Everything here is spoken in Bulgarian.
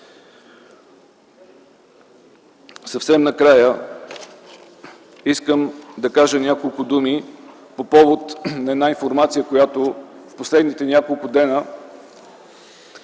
Накрая искам да кажа няколко думи по повод една информация, която в последните няколко дни